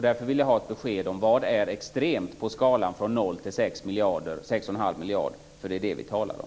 Därför vill jag ha ett besked om vad som är extremt på skalan från 0 till 6,5 miljarder, för det är det vi talar om.